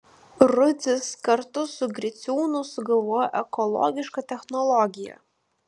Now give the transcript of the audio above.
rudzis kartu su griciūnu sugalvojo ekologišką technologiją